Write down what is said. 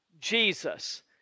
Jesus